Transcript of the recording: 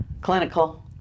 clinical